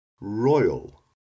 royal